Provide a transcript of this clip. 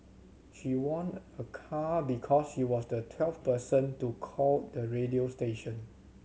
she won a car because she was the twelfth person to call the radio station